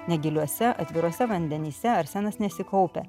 negiliuose atviruose vandenyse arsenas nesikaupia